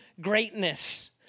greatness